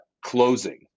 closing